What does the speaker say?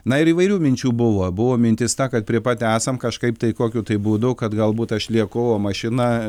na ir įvairių minčių buvo buvo mintis ta kad prie pat esam kažkaip tai kokiu tai būdu kad galbūt aš lieku o mašina